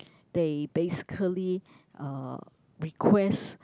they basically uh request